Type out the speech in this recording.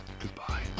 Goodbye